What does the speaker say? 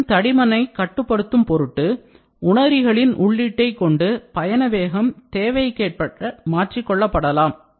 பதிவின் தடிமனை கட்டுப்படுத்தும் பொருட்டு உணரிகளின் உள்ளீட்டை கொண்டு பயண வேகம் தேவைக்கேற்ப மாற்றிக்கொள்ளப்படலாம்